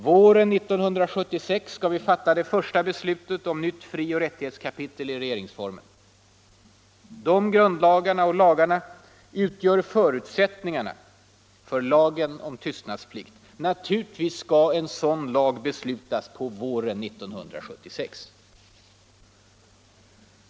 Våren 1976 skall vi fatta det första beslutet om nytt frioch rättighetskapitel i regeringsformen. De grundlagarna och lagarna utgör förutsättningarna för lagen om tystnadsplikt. Naturligtvis skall också en sådan lag beslutas på våren 1976.